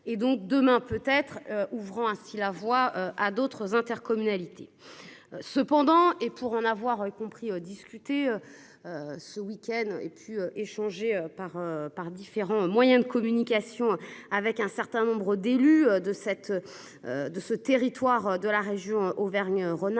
et donc demain, peut être, ouvrant ainsi la voie à d'autres intercommunalités. Cependant et pour en avoir compris discuter. Ce week-end et puis échanger par, par différents moyens de communication avec un certain nombre d'élus de cette. De ce territoire de la région Auvergne Rhône-Alpes.